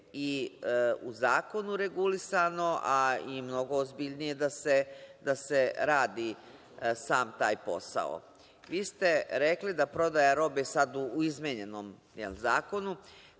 i u zakonu regulisano, a i mnogo ozbiljnije da se radi sam taj posao. Vi ste rekli sada u izmenjenom zakonu